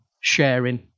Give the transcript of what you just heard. sharing